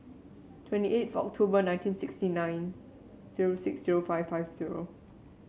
twenty eight October nineteen sixty nine zero six zero five five zero